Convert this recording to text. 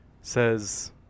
says